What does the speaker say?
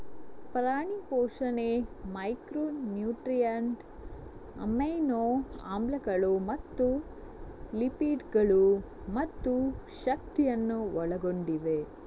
ಪ್ರಾಣಿ ಪೋಷಣೆ macro nutrient, amino ಆಮ್ಲಗಳು ಮತ್ತು ಲಿಪಿಡ್ ಗಳು ಮತ್ತು ಶಕ್ತಿಯನ್ನು ಒಳಗೊಂಡಿವೆ